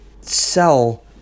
sell